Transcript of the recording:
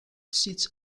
sits